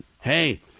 hey